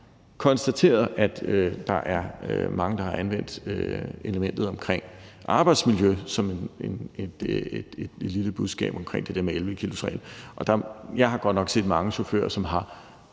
har konstateret, at der er mange, der har anvendt elementet omkring arbejdsmiljø som et lille budskab omkring det der med 11-kilosreglen, og jeg har godt nok set mange chauffører, som har